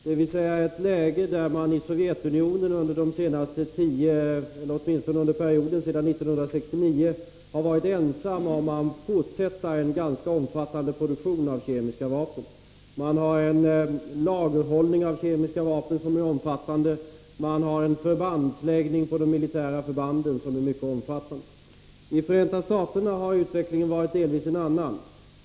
Det är ett läge där Sovjetunionen under perioden efter 1969 har varit ensamt om att fortsätta med en ganska omfattande produktion av kemiska vapen. Man har en lagerhållning av kemiska vapen som är omfattande, och även ute på de militära förbanden finns stora mängder kemiska vapen. I Förenta staterna har utvecklingen varit delvis en annan.